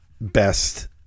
best